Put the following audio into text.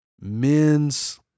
men's